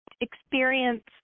experience